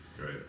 Right